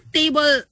table